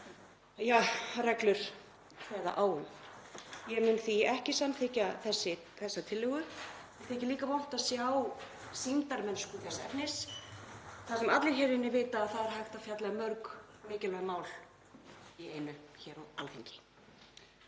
og reglur kveða á um. Ég mun því ekki samþykkja þessa tillögu. Mér þykir líka vont að sjá sýndarmennsku þess efnis þar sem allir hér inni vita að það er hægt að fjalla um mörg mikilvæg mál í einu hér á Alþingi.